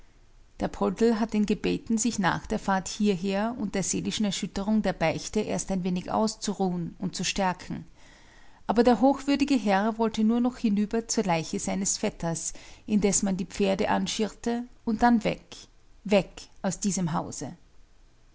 der poldl hat ihn gebeten sich nach der fahrt hierher und der seelischen erschütterung der beichte erst ein wenig auszuruhen und zu stärken aber der hochwürdige herr wollte nur noch hinüber zur leiche seines vetters indes man die pferde anschirrte und dann weg weg aus diesem hause